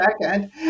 second